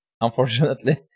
Unfortunately